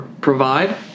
provide